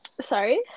sorry